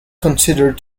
considered